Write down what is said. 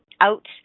out